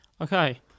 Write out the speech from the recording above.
Okay